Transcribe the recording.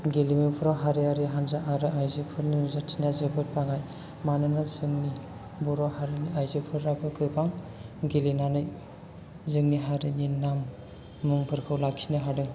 गेलेमुफोराव हारियारि हान्जा आरो आइजोफोरनि नुजाथिनाया जोबोर बाङाइ मानोना जोंनि बर' हारिनि आयजोफोराबो गोबां गेलेनानै जोंनि हारिनि नाम मुंफोरखौ लाखिनो हादों